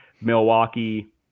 Milwaukee